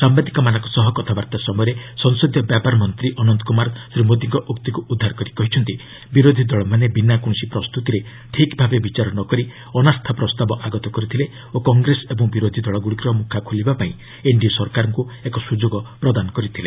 ସାମ୍ଭାଦିକମାନଙ୍କ ସହ କଥାବାର୍ତ୍ତା ସମୟରେ ସଂସଦୀୟ ବ୍ୟାପାର ମନ୍ତ୍ରୀ ଅନନ୍ତ କୁମାର ଶ୍ରୀ ମୋଦିଙ୍କ ଉକ୍ତିକୁ ଉଦ୍ଧାର କରି କହିଛନ୍ତି ବିରୋଧୀଦଳମାନେ ବିନା କୌଣସି ପ୍ରସ୍ତୁତିରେ ଠିକ୍ ଭାବେ ବିଚାର ନ କରି ଅନାସ୍ଥା ପ୍ରସ୍ତାବ ଆଗତ କରିଥିଲେ ଓ କଂଗ୍ରେସ ଏବଂ ବିରୋଧୀ ଦଳଗୁଡ଼ିକର ମୁଖା ଖୋଲିବା ପାଇଁ ଏନ୍ଡିଏ ସରକାରଙ୍କୁ ଏକ ସୁଯୋଗ ପ୍ରଦାନ କରିଥିଲେ